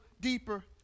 deeper